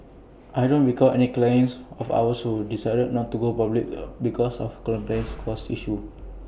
I don't recall any clients of ours who decided not to go public because of compliance costs issues